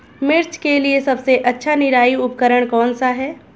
मिर्च के लिए सबसे अच्छा निराई उपकरण कौनसा है?